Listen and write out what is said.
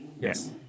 Yes